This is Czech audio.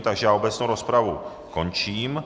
Takže já obecnou rozpravu končím.